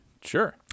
Sure